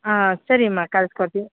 ಹಾಂ ಸರಿಯಮ್ಮ ಕಳ್ಸ್ಕೊಡ್ತೀವಿ